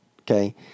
Okay